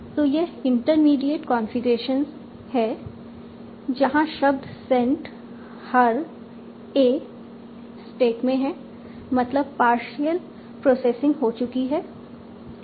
तो यह intermediate configuration है जहां शब्द सेंट हर ए स्टैक में है मतलब पार्शियल प्रोसेसिंग हो चुकी है